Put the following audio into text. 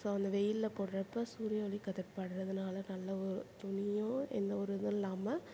so அந்த வெயிலில் போடுறப்ப சூரியஒளி கதிர் படுறதுனால நல்லா துணியும் எந்தவொரு இதுவும் இல்லாமல்